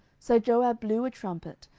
so joab blew a trumpet,